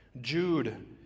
Jude